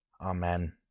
amen